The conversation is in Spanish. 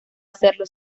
hacerlo